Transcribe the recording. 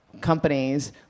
companies